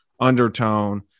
undertone